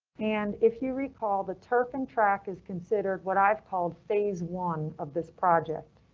and if you recall, the turf and track is considered what i've called phase one of this project.